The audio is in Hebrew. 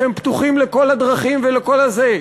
שהם פתוחים לכל הדרכים ולכל הזה,